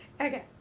Okay